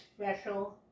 special